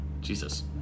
Jesus